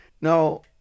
Now